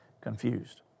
confused